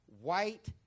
white